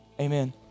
Amen